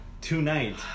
tonight